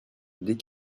des